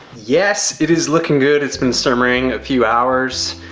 yes, it is looking good. it's been simmering a few hours,